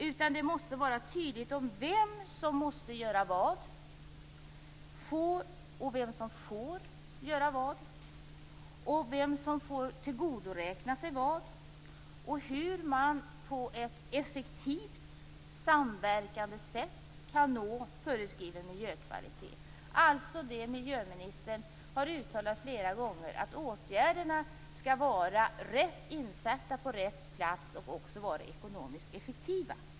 Det måste också vara tydligt vem som måste göra vad, vem som får göra vad, vem som får tillgodoräkna sig vad och hur man på ett effektivt samverkande sätt kan nå föreskriven miljökvalitet, alltså det miljöministern har uttalat flera gånger, att åtgärderna skall vara rätt insatta på rätt plats och också vara ekonomiskt effektiva.